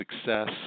success